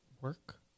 work